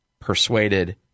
persuaded